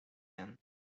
end